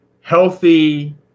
healthy